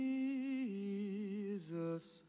Jesus